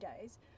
days